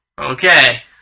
Okay